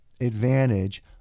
advantage